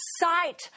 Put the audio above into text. sight